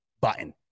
button